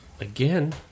again